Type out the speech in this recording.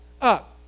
up